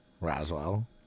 Roswell